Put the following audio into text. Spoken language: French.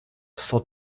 sans